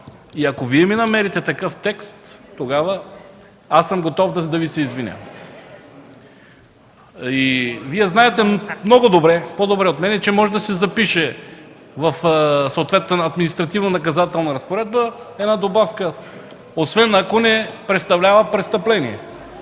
Ако Вие ми намерите такъв текст, тогава съм готов да Ви се извиня. Много по-добре от мен знаете, че може да се запише в съответната административно-наказателна разпоредба една добавка „освен ако не представлява престъпление”,